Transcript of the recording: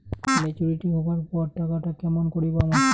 Maturity হবার পর টাকাটা কেমন করি পামু?